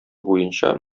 буенча